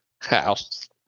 house